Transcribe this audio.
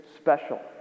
special